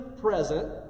present